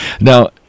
Now